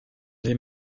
les